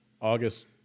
August